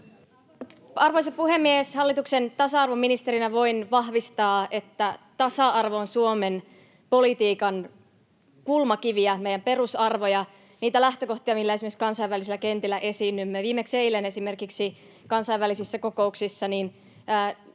Arvoisa puhemies! Hallituksen tasa-arvoministerinä voin vahvistaa, että tasa-arvo on Suomen politiikan kulmakiviä, meidän perusarvoja, niitä lähtökohtia, millä esimerkiksi kansainvälisillä kentillä esiinnymme. Viimeksi eilen kansainvälisissä kokouksissa huoli